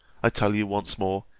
i tell you once more,